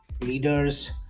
leaders